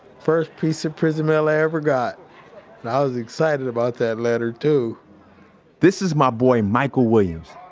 first piece of prison mail i ever got, and i was excited about that letter too this is my boy michael williams.